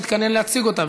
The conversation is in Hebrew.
תתכונן להציג אותה,